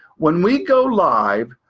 when we go live,